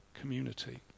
community